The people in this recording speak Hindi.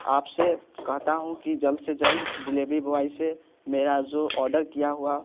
आपसे कहता हूँ कि जल्द से जल्द डिलीवरी बॉय से मेरा जो आर्डर किया हुआ